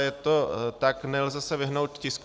Je to tak, nelze se vyhnout tisku 699.